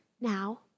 now